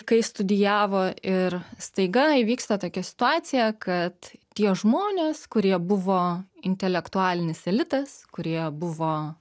kai studijavo ir staiga įvyksta tokia situacija kad tie žmonės kurie buvo intelektualinis elitas kurie buvo